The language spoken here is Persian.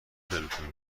دلتون